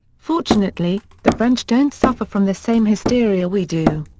fortunately, the french don't suffer from the same hysteria we do.